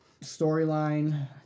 storyline